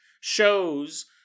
shows